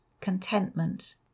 contentment